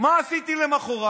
מה עשיתי למוחרת?